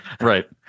Right